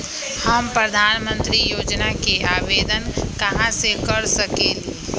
हम प्रधानमंत्री योजना के आवेदन कहा से कर सकेली?